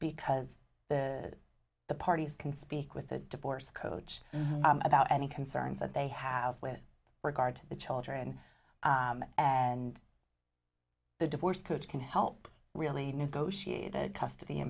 because the parties can speak with a divorce coach about any concerns that they have with regard to the children and the divorce coach can help really negotiated custody